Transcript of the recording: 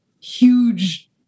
huge